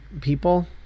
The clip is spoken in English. people